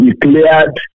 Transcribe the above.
declared